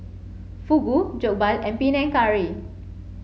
Fugu Jokbal and Panang Curry